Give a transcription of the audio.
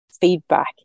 feedback